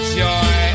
joy